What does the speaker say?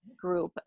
group